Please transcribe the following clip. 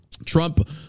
Trump